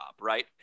right